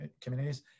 communities